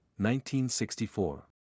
1964